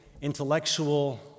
intellectual